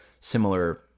similar